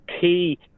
key